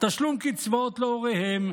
תשלום קצבאות להוריהם,